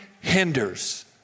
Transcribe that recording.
hinders